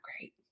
great